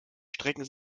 strecken